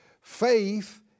Faith